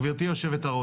גבירתי יו"ר,